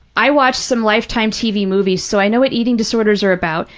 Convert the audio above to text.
i watched some lifetime tv movies so i know what eating disorders are about,